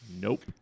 nope